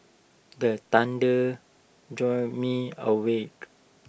the thunder jolt me awake